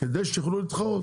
כדי שהם יוכלו להתחרות.